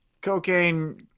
Cocaine